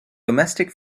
domestic